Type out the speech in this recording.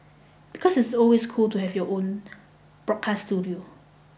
because it's always cool to have your own broadcast studio